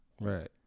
right